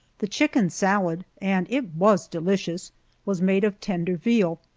the chicken salad and it was delicious was made of tender veal,